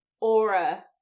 Aura